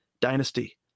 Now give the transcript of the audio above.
dynasty